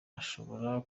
ashobora